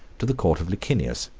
to the court of licinius.